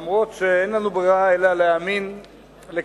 אף שאין לנו ברירה אלא להאמין לקדימה,